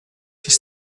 just